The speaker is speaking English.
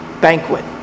banquet